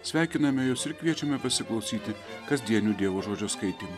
sveikiname jus ir kviečiame pasiklausyti kasdienių dievo žodžio skaitymų